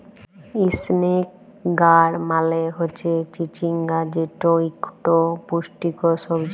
ইসনেক গাড় মালে হচ্যে চিচিঙ্গা যেট ইকট পুষ্টিকর সবজি